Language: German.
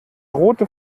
rote